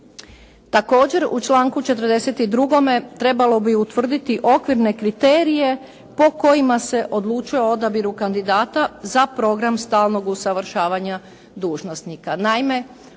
Također, u članku 42. trebalo bi utvrditi okvirne kriterije po kojima se odlučuje o odabiru kandidata za program stalnog usavršavanja dužnosnika.